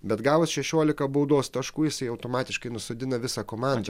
bet gavus šešiolika baudos taškų jisai automatiškai nusodina visą komandą